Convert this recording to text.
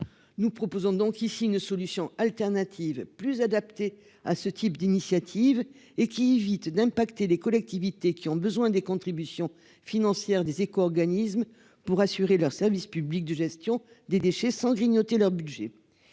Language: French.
Nous proposons donc ici une solution alternative plus adapté à ce type d'initiative et qui évite d'impacter les collectivités qui ont besoin des contributions financières des steaks organisme. Pour assurer leur service public de gestion des déchets sans grignoter leur budget.